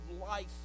life